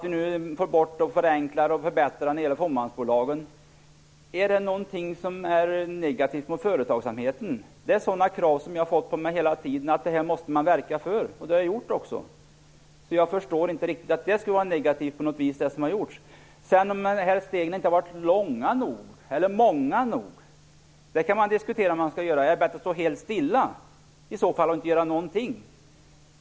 Vi tar bort, förenklar och förbättrar i fråga om fåmansbolagen. Är det något som är negativt mot företagsamheten? Jag har fått krav på att verka för dessa saker hela tiden, och det har gjort. Jag förstår inte att det som har gjorts skulle vara negativt. Man kan sedan diskutera om stegen har varit tillräckligt många och långa. Är det bättre att stå helt stilla och inte göra något?